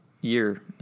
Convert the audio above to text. year